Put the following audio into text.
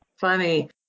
Funny